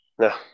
No